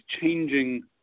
changing